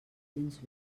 gens